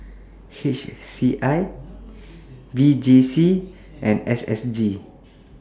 H C I V J C and S S G